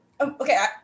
okay